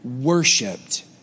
worshipped